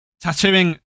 Tattooing